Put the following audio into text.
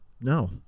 No